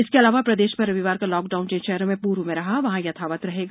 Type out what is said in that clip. इसके अलावा प्रदेश में रविवार का लॉकडाउन जिन शहरों में पूर्व में रहा है वहां यथावत रहेगा